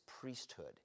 priesthood